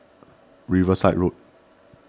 Riverside Road